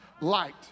light